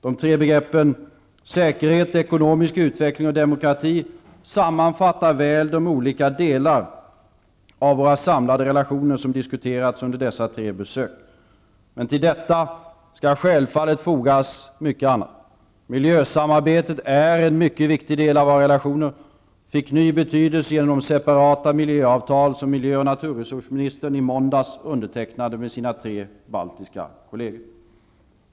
De tre begreppen säkerhet, ekonomisk utveckling och demokrati sammanfattar väl de olika delar av våra samlade relationer som diskuterats under dessa tre besök. Till detta skall självfallet fogas mycket annat. Miljösamarbetet är en mycket viktig del av våra relationer, som fick ny betydelse genom de separata miljöavtal som miljö och naturresursministern i måndags undertecknade med sina tre baltiska kolleger.